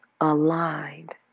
aligned